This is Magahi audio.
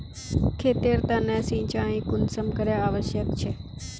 खेतेर तने सिंचाई कुंसम करे आवश्यक छै?